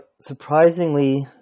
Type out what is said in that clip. surprisingly